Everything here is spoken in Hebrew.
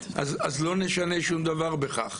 אז לא נשנה שום דבר בכך.